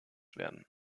werden